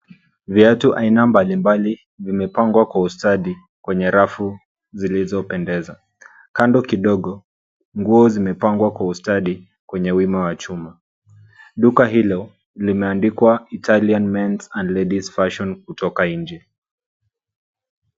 Viatu aina mbalimbali vimepangwa kwa ustadi kwenye rafu zilizopendeza. Kando kidogo nguo zimepangwa kwa ustadi kwenye wima wa chuma. Duka hilo limeandikwa Italian mens and ladies fashion kutoka nje.